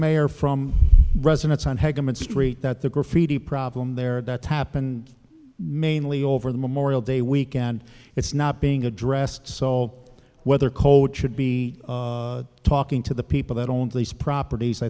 mayor from residents and had them in st that the graffiti problem there that's happened mainly over the memorial day weekend it's not being addressed so whether code should be talking to the people that owns these properties i